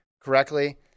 correctly